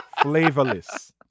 Flavorless